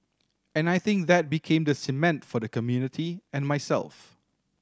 and I think that became the cement for the community and myself